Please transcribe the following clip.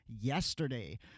yesterday